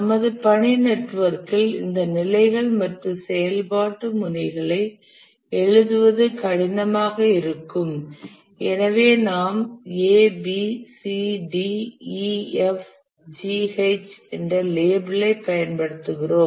நமது பணி நெட்வொர்க்கில் இந்த நிலைகள் மற்றும் செயல்பாட்டு முனைகளை எழுதுவது கடினமாக இருக்கும் எனவே நாம் A B C D E F G H என்ற லேபிளை பயன்படுத்துகிறோம்